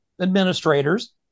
administrators